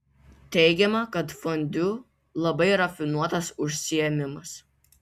teigiama kad fondiu labai rafinuotas užsiėmimas